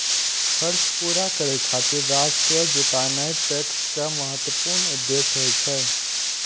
खर्च पूरा करै खातिर राजस्व जुटेनाय टैक्स के महत्वपूर्ण उद्देश्य होइ छै